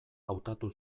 hautatu